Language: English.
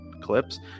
clips